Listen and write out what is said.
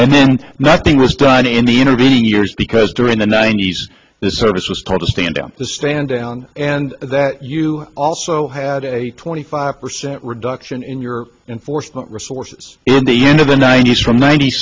and nothing was done in the intervening years because during the ninety's the service was told to stand up to stand down and that you also had a twenty five percent reduction in your enforcement resources in the end of the ninety's from ninety